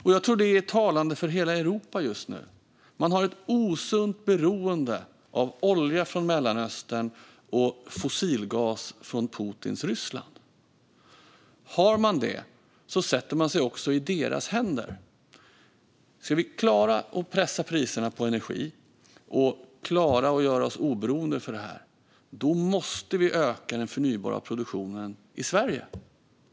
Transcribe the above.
Jag tror att det är talande för hela Europa just nu. Man har ett osunt beroende av olja från Mellanöstern och fossilgas från Putins Ryssland. Har man det så sätter man sig också i deras händer. Ska vi klara att pressa priserna på energi och klara att göra oss oberoende av det måste vi öka den förnybara produktionen i Sverige.